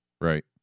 Right